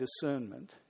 discernment